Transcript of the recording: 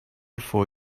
for